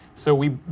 so we.